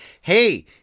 hey